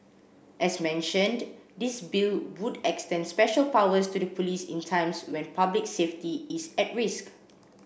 as mentioned this bill would extend special powers to the police in times when public safety is at risk